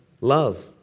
Love